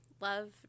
Love